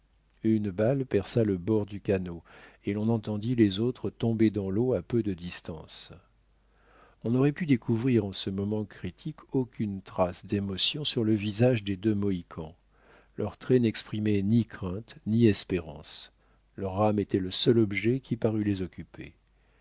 une balle perça le bord du canot et l'on entendit les autres tomber dans l'eau à peu de distance on n'aurait pu découvrir en ce moment critique aucune trace d'émotion sur le visage des deux mohicans leurs traits n'exprimaient ni crainte ni espérance leur rame était le seul objet qui parût les occuper